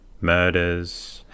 murders